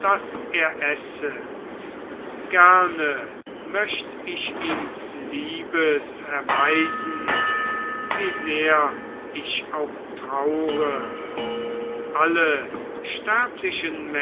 daß er esse gerne möcht ich ihm liebes erweisen wie sehr ich auch traure alle sterblichen